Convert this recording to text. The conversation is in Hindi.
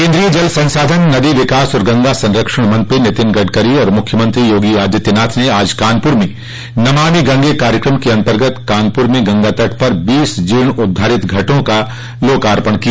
केन्द्रीय जल संसाधन नदी विकास और गंगा संरक्षण मंत्री नितिन गडकरी तथा मुख्यमंत्री योगी आदित्यनाथ ने आज कानपुर में नमामि गंगे कार्यक्रम के अन्तर्गत कानपुर में गंगा तट पर बीस जीर्णोद्वारित घाटों का लोकार्पण किया